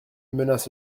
menace